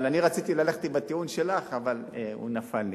אני רציתי ללכת עם הטיעון שלך, אבל הוא נפל לי.